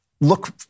look